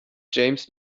james